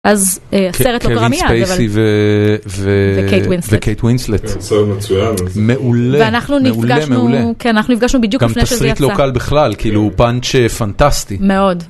אז הסרט לא קרה מייד, אבל... קווין ספייסי וקייט ווינסלט. זה סרט מצויין. מעולה, מעולה, מעולה. כן, אנחנו נפגשנו בדיוק לפני שזה יצא. גם תסריט לא קל בכלל, כאילו פאנץ' פנטסטי. מאוד.